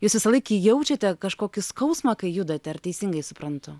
jūs visąlaik jaučiate kažkokį skausmą kai judate ar teisingai suprantu